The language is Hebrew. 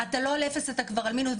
כלומר, אתה לא על אפס, אתה כבר על מינוס.